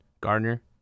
gardner